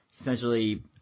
essentially